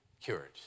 cured